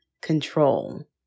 control